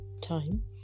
time